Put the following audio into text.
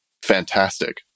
Fantastic